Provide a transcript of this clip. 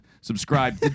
subscribe